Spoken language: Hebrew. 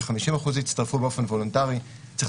ש-50% הצטרפו באופן וולונטרי צריך